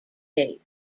date